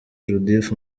judith